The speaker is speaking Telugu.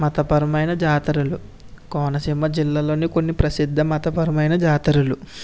మత పరమైన జాతరలు కోనసీమ జిల్లాలోనే కొన్ని ప్రసిద్ధ మత పరమైన జాతరలు